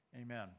Amen